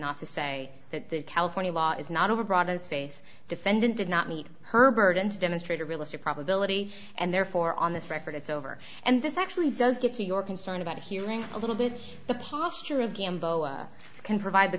not to say that the california law is not overbroad its face defendant did not meet her burden to demonstrate a realistic probability and therefore on this record it's over and this actually does get to your concern about healing a little bit the posture of game boa can provide the